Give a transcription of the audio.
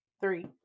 three